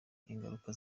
n’ingaruka